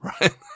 right